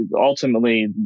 ultimately